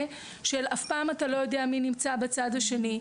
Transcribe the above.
של אף פעם אתה לא יודע מי נמצא בצד השני,